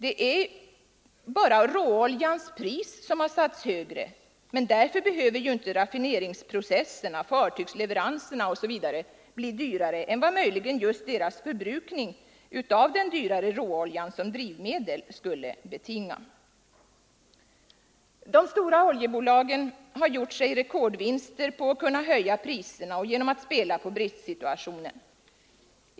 Det är bara råoljans pris som satts högre, men därför behöver ju inte raffineringsprocesserna, fartygsleveranserna osv. bli dyrare än vad möjligen just deras förbrukning av den dyrare råoljan som drivmedel skulle betinga. De stora oljebolagen har gjort sig rekordvinster på att höja priserna och genom att spela på bristsituationen.